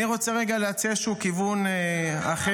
אני רוצה רגע להציע כיוון אחר.